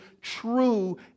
true